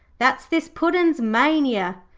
that's this puddin's mania.